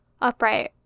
upright